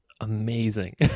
amazing